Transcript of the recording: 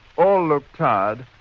all look tired,